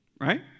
Right